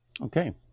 Okay